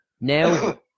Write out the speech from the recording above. now